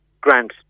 grant